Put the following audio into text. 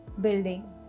building